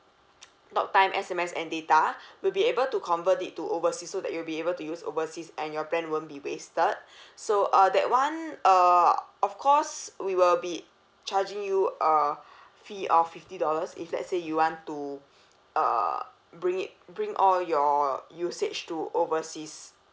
talk time S_M_S and data will be able to convert it to overseas so that you will be able to use overseas and your plan won't be wasted so uh that [one] uh of course we will be charging you uh fee of fifty dollars if let's say you want to uh bring it bring all your usage to overseas